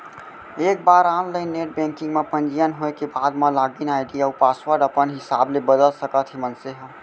एक बार online net banking म पंजीयन होए के बाद म लागिन आईडी अउ पासवर्ड अपन हिसाब ले बदल सकत हे मनसे ह